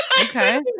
okay